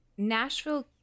Nashville